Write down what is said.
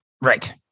Right